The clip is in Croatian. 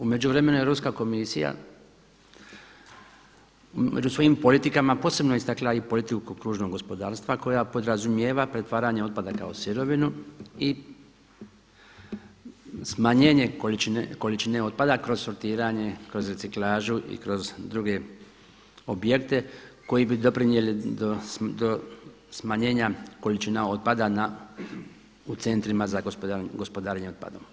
U međuvremenu je ruska komisija među svojim politikama posebno istakla i politiku kružnog gospodarstva koja podrazumijeva pretvaranje otpadaka o sirovinu i smanjenje količine otpada kroz sortiranje, kroz reciklažu i kroz druge objekte koji bi doprinijeli do smanjenja količina otpada u centrima za gospodarenje otpadom.